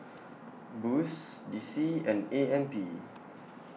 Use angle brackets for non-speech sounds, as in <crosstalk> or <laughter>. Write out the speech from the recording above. Boost D C and A M P <noise>